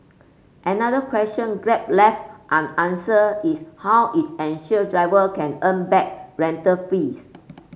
another question Grab left unanswered is how it ensure driver can earn back rental fees